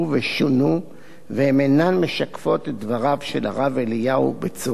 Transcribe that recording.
והן אינן משקפות את דבריו של הרב אליהו בצורה מלאה ומדויקת.